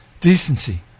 Decency